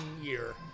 year